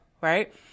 right